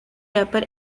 rapper